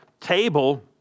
table